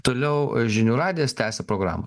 toliau žinių radijas tęsia programą